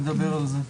נדבר על זה.